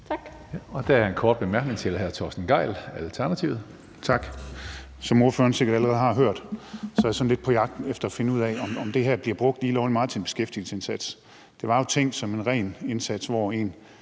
Hønge): Der er en kort bemærkning til hr. Torsten Gejl, Alternativet. Kl. 15:28 Torsten Gejl (ALT): Tak. Som ordføreren sikkert allerede har hørt, er jeg sådan lidt på jagt efter at finde ud af, om det her bliver brugt lige lovlig meget som en beskæftigelsesindsats. Det var jo tænkt som en ren indsats, hvor en